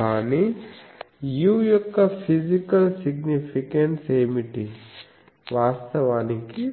కానీ u యొక్క physical significance ఏమిటి వాస్తవానికి